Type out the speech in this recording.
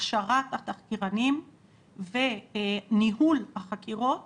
הכשרת התחקירנים וניהול החקירות